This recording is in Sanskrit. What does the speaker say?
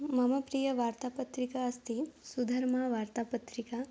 मम प्रिय वार्तापत्रिका अस्ति सुधर्म वार्तापत्रिका